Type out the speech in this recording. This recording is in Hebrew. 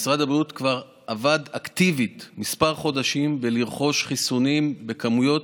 משרד הבריאות כבר עבד אקטיבית כמה חודשים לרכוש חיסונים בכמויות